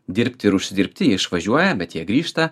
dirbti ir užsidirbti išvažiuoja bet jie grįžta